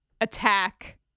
attack